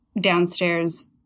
downstairs